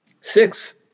Six